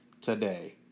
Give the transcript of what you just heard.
today